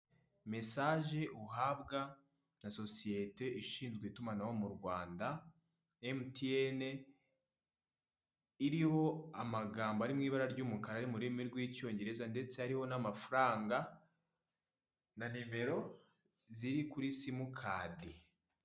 Mesaje uhabwa na sosiyete ishinzwe itumanaho mu Rwanda emutiyene, iriho amagambo ari mu ibara ry'umukara nururimi rw'Icyongereza ndetse hariho n'amafaranga na nimero ziri kuri simukadi.